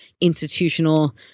institutional